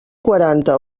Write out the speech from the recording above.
quaranta